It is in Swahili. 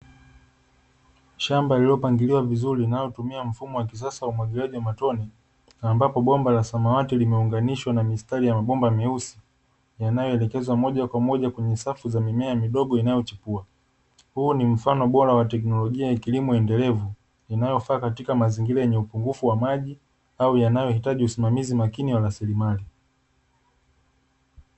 Shamba lililopangiliwa vizuri linalotumia mfumo wa kisasa wa umwagiliaji wa matone, ambapo bomba la samawaki limeunganishwa na mistari ya mabomba myeusi yanayoelekezwa moja kwa moja kwenye safu za mimea midogo inayochipua. Huu ni mfano bora wa teknolojia ya kilimo endelevu inayofaa katika mazingira yenye upungufu wa maji au yanayohitaji usimamizi makini wa rasilimali.